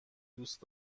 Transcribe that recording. دوست